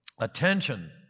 Attention